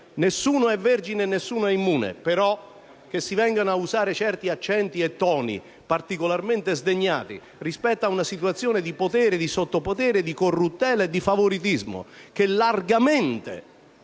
nessuno è vergine e nessuno è immune, ma che si vengano a usare certi accenti o certi toni particolarmente sdegnati rispetto a una situazione di potere, di sottopotere, di corruttela e di favoritismo, che largamente